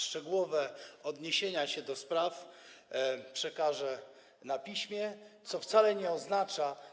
Szczegółowe odniesienie się do spraw przekażę na piśmie, co wcale nie oznacza.